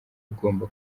bugomba